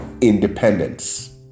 Independence